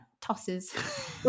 tosses